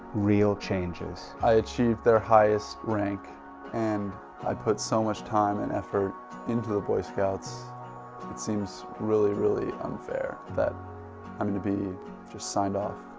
real changes. i achieved their highest rank and i put so much time and effort into the boy scouts it seems really really unfair that i'm gonna be just signed off.